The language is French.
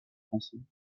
français